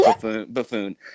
buffoon